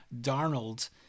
Darnold